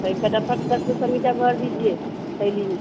तो ये फटाफटा दस रुपये मीठा भर दीजिए थाली में